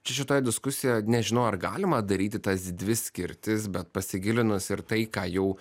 čia šitoj diskusijoj nežinau ar galima daryti tas dvi skirtis bet pasigilinus ir tai ką jau